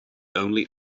only